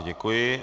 Děkuji.